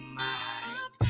mind